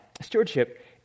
stewardship